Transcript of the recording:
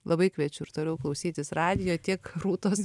labai kviečiu ir toliau klausytis radijo tiek rūtos